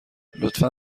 لطفا